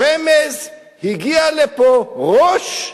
הרמז הוא שהגיע לפה ראש,